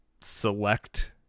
select